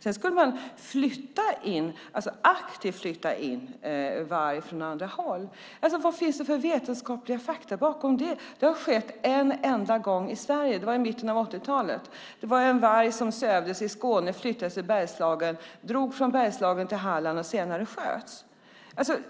Sedan skulle man aktivt flytta in varg från andra håll. Vad finns det för vetenskapliga fakta bakom det? Det har skett en enda gång i Sverige. Det var i mitten av 80-talet. Det var en varg som sövdes i Skåne, som flyttades till Bergslagen, som drog från Bergslagen till Halland och som senare sköts.